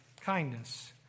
kindness